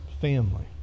family